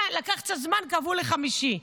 לקח קצת זמן, קבעו לחמישי.